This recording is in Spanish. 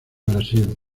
brasil